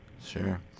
sure